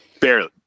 barely